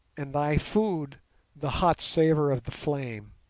and thy food the hot savour of the flame.